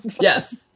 yes